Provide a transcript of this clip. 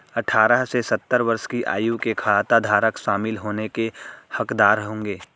अठारह से सत्तर वर्ष की आयु के खाताधारक शामिल होने के हकदार होंगे